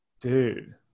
dude